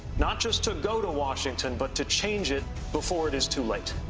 not just to go to washington but to change it before it is too late.